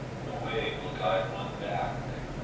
the way will guide one back.